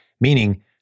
Meaning